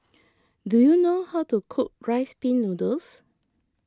do you know how to cook Rice Pin Noodles